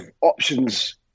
options